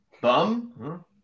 Bum